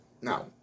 now